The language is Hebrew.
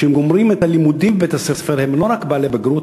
וכשהם גומרים את הלימודים בבית-הספר הם לא רק בעלי בגרות,